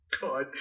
God